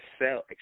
excel